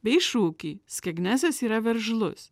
bei šūkį skegnesas yra veržlus